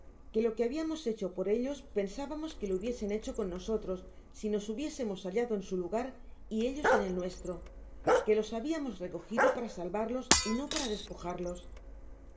que lo que habiamos hecho por ellos pensábamos que lo hubiesen hecho con nosotros si nos hubiésemos hallado en su lugar y ellos en el nuestro que los habiamos recogido para salvarlos y no para despojarlos